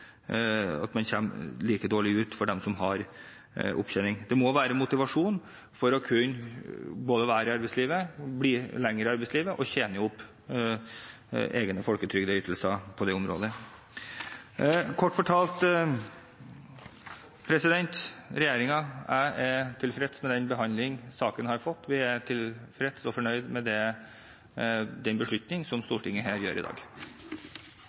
like dårlig ut. Det må være en motivasjon til både å være i arbeidslivet og bli lenger i arbeidslivet og tjene opp egne folketrygdytelser på det området. Kort fortalt: Regjeringen og jeg er tilfreds med den behandling saken har fått. Vi er tilfreds og fornøyd med den beslutning som Stortinget her gjør i dag.